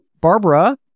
Barbara